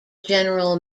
general